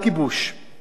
אפשר לקבל את זה.